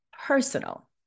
personal